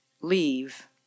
Leave